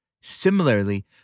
Similarly